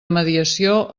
mediació